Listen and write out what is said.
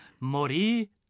Mori